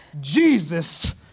Jesus